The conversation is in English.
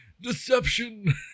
Deception